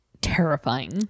terrifying